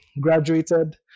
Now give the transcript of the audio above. graduated